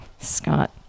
Scott